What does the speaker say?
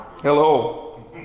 Hello